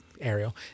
Ariel